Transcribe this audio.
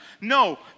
No